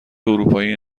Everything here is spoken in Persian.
اروپایی